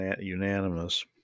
unanimous